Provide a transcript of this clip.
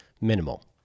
minimal